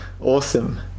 Awesome